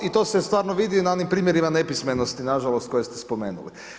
I to se stvarno vidi na onim primjerima nepismenosti, nažalost, koje ste spomenuli.